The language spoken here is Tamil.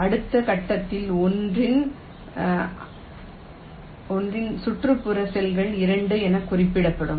அடுத்த கட்டத்தில் 1 இன் அண்டை செல்கள் 2 என குறிக்கப்படும்